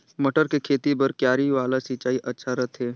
मटर के खेती बर क्यारी वाला सिंचाई अच्छा रथे?